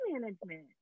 management